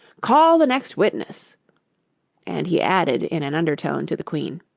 call the next witness and he added in an undertone to the queen,